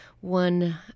one